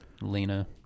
Lena